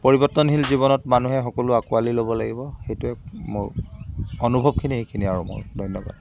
পৰিবৰ্তনশীল জীৱনত মানুহে সকলো আকোৱালী ল'ব লাগিব সেইটোৱে মোৰ অনুভৱখিনি এইখিনিয়ে আৰু মোৰ ধন্যবাদ